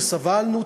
שסבלנו,